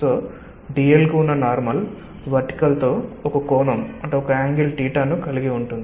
కాబట్టి dl కు ఉన్న నార్మల్ వర్టికల్ తో ఒక కోణంను కలిగి ఉంటుంది